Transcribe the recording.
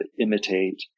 imitate